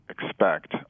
expect